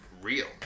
real